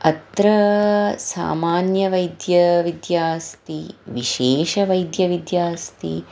अत्र सामान्यवैद्यविद्या अस्ति विशेषवैद्यविद्या अस्ति